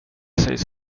sägs